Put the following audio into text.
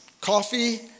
coffee